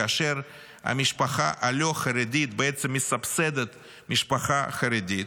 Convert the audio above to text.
כאשר המשפחה הלא-חרדית בעצם מסבסדת משפחה חרדית,